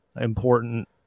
important